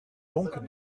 donc